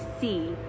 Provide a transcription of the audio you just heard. see